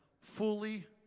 fully